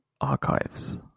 Archives